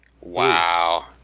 Wow